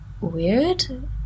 weird